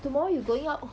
tomorrow you going out